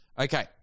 Okay